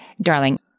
darling